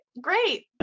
Great